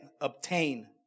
obtain